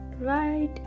right